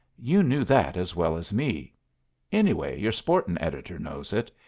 you knew that as well as me anyway your sportin' editor knows it.